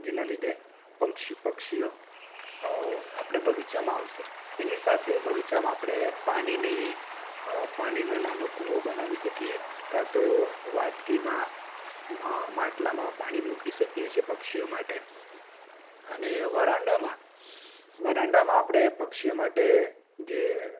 જેના લીધે પક્ષ પક્ષીઓ આપણે બગીચામાં આવશે એની સાથે બગીચામાં આપણે પાણીની પાણીનો નાનો કૂવો બનાવી શકીએ કાંતો વાટકીમાં માટલાંમાં પાણી મૂકી શકીએ છે પક્ષીઓ માટે અને વરાંડામાં વરાંડામાં આપણે પક્ષીઓ માટે જે